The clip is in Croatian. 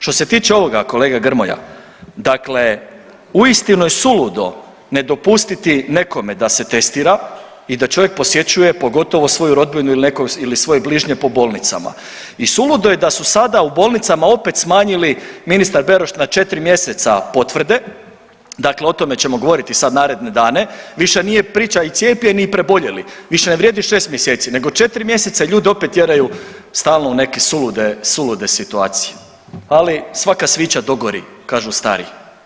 Što se tiče ovoga kolega Grmoja, dakle uistinu je suludo ne dopustiti nekome da se testira i da čovjek posjećuje pogotovo svoju rodbinu ili svoje bližnje po bolnicama i suludo je da su sada u bolnicama opet smanjili ministar Beroš na 4 mjeseca potvrde, dakle o tome ćemo govoriti sad naredne dane, više nije priča i cijepljeni i preboljeli, više ne vrijedi 6 mjeseci nego 4 mjeseca, ljude opet tjeraju stalno u neke sulude, sulude situacije, ali svaka svića dogori kažu stari.